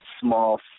small